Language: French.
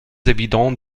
évident